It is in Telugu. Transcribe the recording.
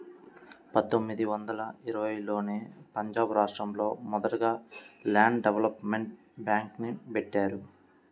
పందొమ్మిది వందల ఇరవైలోనే పంజాబ్ రాష్టంలో మొదటగా ల్యాండ్ డెవలప్మెంట్ బ్యేంక్ని బెట్టారు